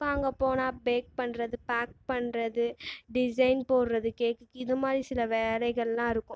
இப்போது அங்கே போன பேக் பண்ணுறது பாக் பண்றது டிசைன் போடுறது கேக்கு இது மாதிரி சில வேலைகள்லாம் இருக்கும்